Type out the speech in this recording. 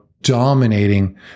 dominating